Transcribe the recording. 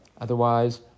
Otherwise